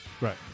Right